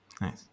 Nice